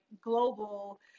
global